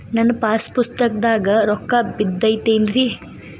ನನ್ನ ಪಾಸ್ ಪುಸ್ತಕದಾಗ ರೊಕ್ಕ ಬಿದ್ದೈತೇನ್ರಿ?